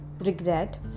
regret